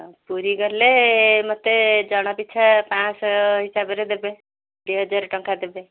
ଆଉ ପୁରୀ ଗଲେ ମୋତେ ଜଣ ପିଛା ପାଞ୍ଚଶହ ହିସାବରେ ଦେବେ ଦୁଇ ହଜାର ଟଙ୍କା ଦେବେ